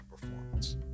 performance